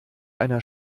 einer